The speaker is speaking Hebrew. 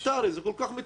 כל כך מתבקש.